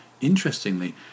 interestingly